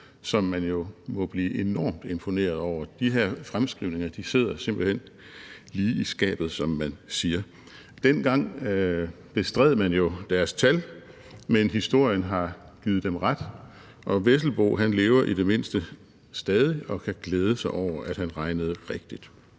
som man jo må blive enormt imponeret over, for de her fremskrivninger sidder simpelt hen lige i skabet, som man siger. Dengang bestred man jo deres tal, men historien har givet dem ret, og Vesselbo lever i det mindste stadig og kan glæde sig over, at han regnede rigtigt.